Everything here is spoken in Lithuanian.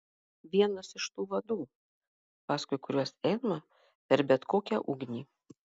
vienas iš tų vadų paskui kuriuos einama per bet kokią ugnį